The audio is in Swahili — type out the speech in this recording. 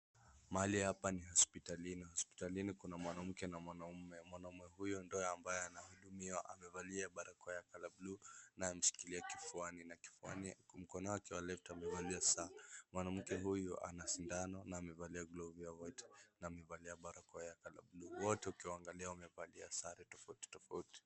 Mahali hapa ni hospitalini. Hospitalini kuna mwanamke na mwanamume. Mwanamume huyo ndiye ambaye anahudumiwa, amevalia barakoa ya color blue na ameshikilia kifuani. Na kifuani mkono wake wa left amevalia saa. Mwanamke huyu ana sindano na amevalia glovu ya white na amevalia barakoa ya color blue . Wote ukiwaangalia wamevalia sare tofauti tofauti.